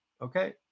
Okay